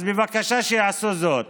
אז בבקשה שיעשו זאת.